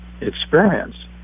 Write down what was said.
experience